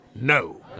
no